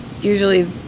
usually